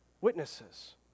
witnesses